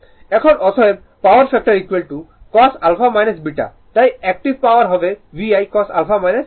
এখন অতএব power factor cos α β তাই একটিভ পাওয়ার হবে VI cos α β